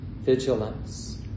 vigilance